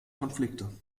konflikte